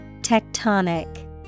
Tectonic